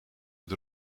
het